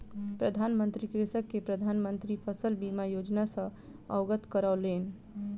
प्रधान मंत्री कृषक के प्रधान मंत्री फसल बीमा योजना सॅ अवगत करौलैन